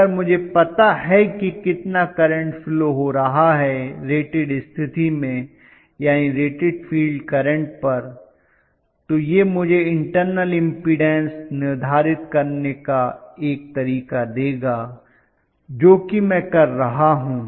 अगर मुझे पता है कि कितना करंट फ्लो हो रहा है रेटेड स्थिति में यानी रेटेड फील्ड करंट पर तो यह मुझे इंटरनल इम्पीडन्स निर्धारित करने का एक तरीका देगा जो कि मैं कर रहा हूं